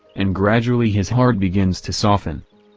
and gradually his heart begins to soften.